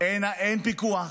אין פיקוח,